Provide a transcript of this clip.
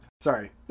Sorry